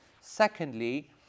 Secondly